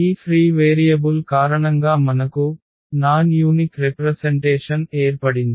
ఈ free variable కారణంగా మనకు ప్రత్యేకత లేని ప్రాతినిధ్యం ఏర్పడింది